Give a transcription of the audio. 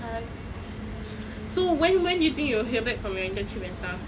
!hais! so when when do you think you'll hear back from your internship and stuff